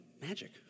magic